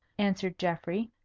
answered geoffrey,